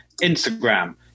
Instagram